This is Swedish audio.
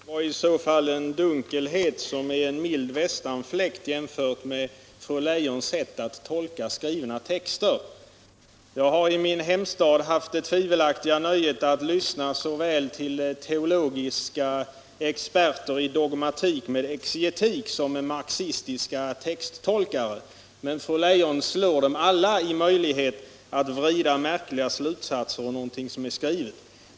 Herr talman! Det var i så fall en dunkelhet som är som en mild västanfläkt jämfört med vad som blir resultatet när fru Leijon tolkar skrivna texter. Jag har i min hemstad haft det tvivelaktiga nöjet att lyssna till såväl teologiska experter i dogmatik med exegetik som marxistiska texttolkare, men fru Leijon slår dem alla i förmågan att vrida märkliga slutsatser ur något som är skrivet.